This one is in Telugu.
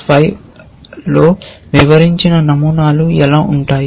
కాబట్టి OPS5 లో వివరించిన నమూనాలు ఎలా ఉంటాయి